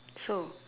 so